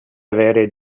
avere